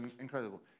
incredible